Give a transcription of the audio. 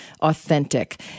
authentic